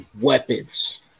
weapons